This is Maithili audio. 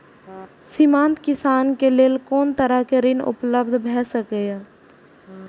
सीमांत किसान के लेल कोन तरहक ऋण उपलब्ध भ सकेया?